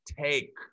take